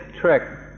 trick